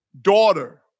Daughter